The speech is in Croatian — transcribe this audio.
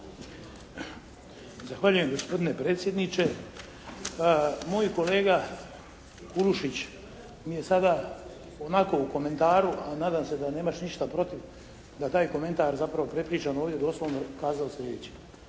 Zahvaljujem gospodine predsjedniče. Moj kolega Kulušić mi je sada onako u komentaru, a nadam se da nemaš ništa protiv da taj komentar zapravo prepričam ovdje doslovno, kazao sljedeće.